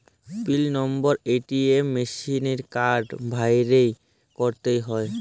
পিল number ATM মিশিলে card ভ্যইরে ক্যইরতে হ্যয়